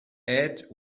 add